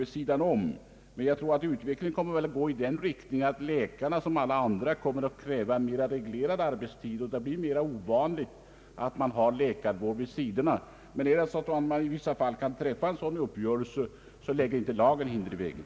Jag tror emellertid att utvecklingen kommer att gå i den riktningen att läkarna liksom alla andra kommer att kräva mera reglerad arbetstid och att det därmed blir mera ovanligt att läkarvård bedrivs »vid sidan om», men om överenskommelser kan träffas i vissa fall, så är det utskottets mening att lagen inte skall få lägga hinder i vägen.